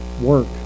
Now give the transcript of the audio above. work